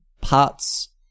parts